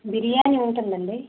బిర్యానీ ఉంటుందండి